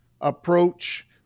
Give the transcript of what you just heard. approach